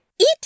Eat